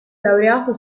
laureato